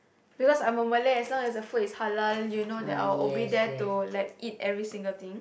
because I'm a Malay as long as the food is halal you know that I would obey dare to eat like every single thing